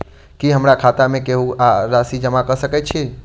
की हमरा खाता मे केहू आ राशि जमा कऽ सकय छई?